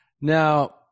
Now